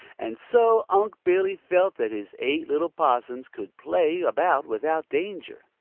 and so unc' billy felt that his eight little possums could play about without danger.